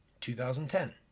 2010